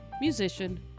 musician